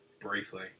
briefly